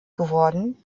geworden